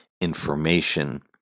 information